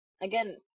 again